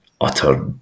utter